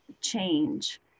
change